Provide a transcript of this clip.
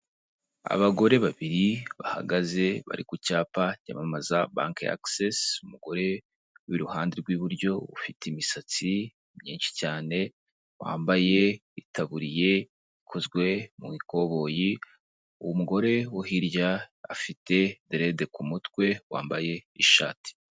Abagore babiri bahagaze bari ku cyapa cyamamaza banki y'agisesi, umugore w'iruhande rw'iburyo ufite imisatsi myinshi cyane wambaye itaburiye ikozwe mu ikoboyi umugore wo hirya afite derede ku mutwe wambaye ishati.